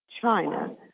China